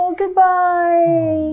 goodbye